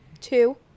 two